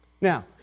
Now